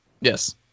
Yes